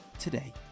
today